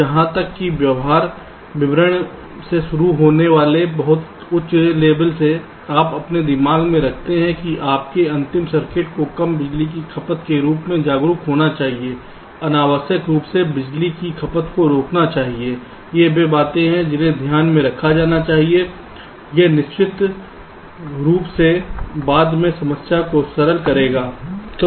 यहां तक कि व्यवहार विवरण से शुरू होने वाले बहुत उच्च लेबल से आप अपने दिमाग में रखते हैं कि आपके अंतिम सर्किट को कम बिजली की खपत के रूप में जागरूक होना चाहिए अनावश्यक रूप से बिजली की खपत को रोकना चाहिए ये वे बातें हैं जिन्हें ध्यान में रखा जाना चाहिए यह निश्चित रूप से बाद में समस्या को सरल करेगा हाँ